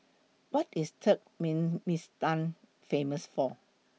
What IS Turkmenistan Famous For